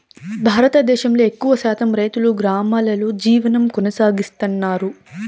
భారతదేశంలో ఎక్కువ శాతం రైతులు గ్రామాలలో జీవనం కొనసాగిస్తన్నారు